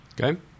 okay